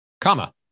comma